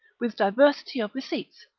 with diversity of receipts.